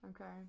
Okay